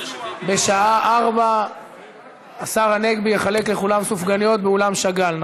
בשעה 16:00 השר הנגבי יחלק לכולם סופגניות באולם שאגאל.